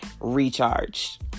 recharge